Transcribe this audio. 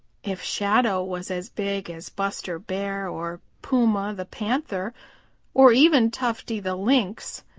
if shadow was as big as buster bear or puma the panther or even tufty the lynx,